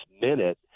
minute